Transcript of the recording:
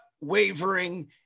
wavering